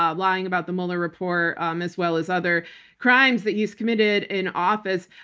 um lying about the mueller report um as well as other crimes that he's committed in office.